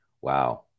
wow